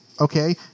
Okay